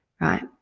right